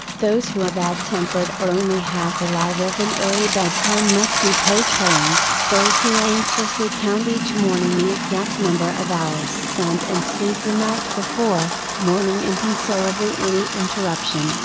those who are bad tempered or only half alive if an early bedtime must be postponed, those who anxiously count each morning the exact number of hours spent in sleep the night before, mourning inconsolably any interruption,